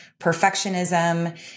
perfectionism